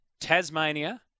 Tasmania